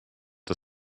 der